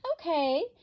okay